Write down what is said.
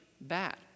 bad